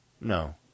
No